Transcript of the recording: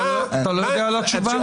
אתה לא יודע את התשובה?